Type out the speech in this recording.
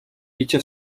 bicie